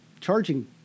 charging